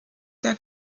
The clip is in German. der